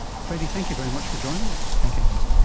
freddy, thank you very much for joining us. thank you norman.